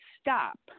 stop